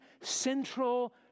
central